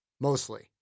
Mostly